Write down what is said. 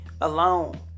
alone